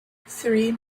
three